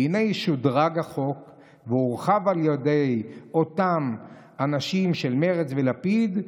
והינה שודרג החוק והורחב על ידי אותם אנשים של מרצ ולפיד,